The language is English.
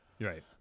right